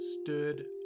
stood